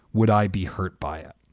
would i be hurt by it?